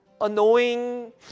annoying